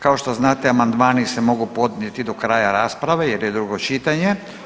Kao što znate, amandmani se mogu podnijeti do kraja rasprave jer je drugo čitanje.